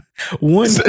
One